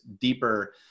deeper